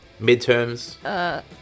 Midterms